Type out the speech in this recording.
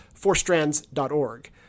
fourstrands.org